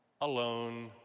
alone